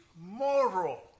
moral